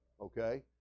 Okay